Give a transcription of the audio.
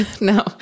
No